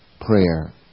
prayer